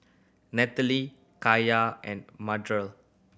Natalie Kaya and Mardell